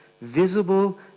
visible